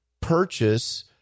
purchase